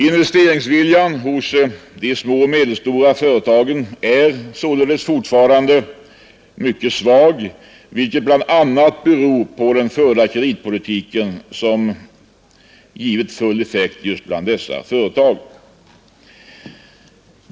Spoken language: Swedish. Investeringsviljan hos de små och medelstora företagen är således fortfarande mycket svag, vilket bl.a. beror på den förda kreditpolitiken, som givit full effekt just bland dessa företag.